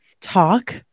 talk